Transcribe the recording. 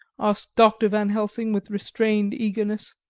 asked dr. van helsing with restrained eagerness.